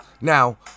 Now